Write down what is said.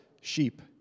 sheep